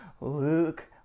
luke